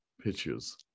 pictures